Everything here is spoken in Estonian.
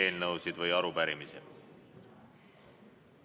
eelnõusid või arupärimisi.